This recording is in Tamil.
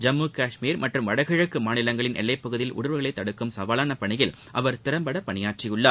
ஜம்மு கஷ்மீர் மற்றும் வடகிழக்கு மாநிலங்களின் எல்லைப்பகுதியில் ஊடுருவல்களை தடுக்கும் சவாலான பணியில் அவர் திறம்பட பணியாற்றியுள்ளார்